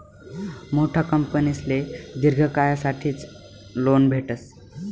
मोठा कंपनीसले दिर्घ कायसाठेच लोन भेटस